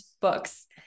books